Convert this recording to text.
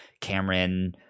Cameron